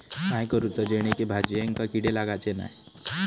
काय करूचा जेणेकी भाजायेंका किडे लागाचे नाय?